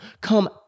Come